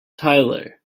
tyler